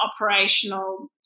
operational